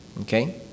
Okay